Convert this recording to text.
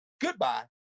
goodbye